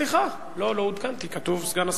סליחה, לא עודכנתי, כתוב: סגן השר.